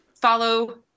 follow